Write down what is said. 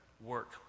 work